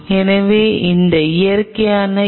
எனவே இந்த இயற்கையான ஈ